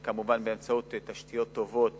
וכמובן, באמצעות תשתיות טובות